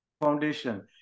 foundation